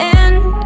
end